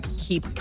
keep